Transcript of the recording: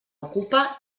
ocupa